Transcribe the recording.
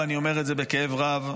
ואני אומר את זה בכאב רב,